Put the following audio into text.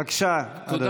בבקשה, אדוני.